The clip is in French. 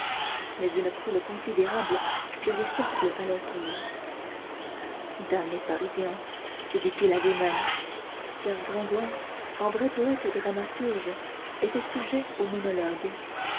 mais une foule considérable faisait cercle à l'entour damnés parisiens se dit-il à lui-même car gringoire en vrai poète dramatique était sujet aux monologues